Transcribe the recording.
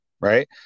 right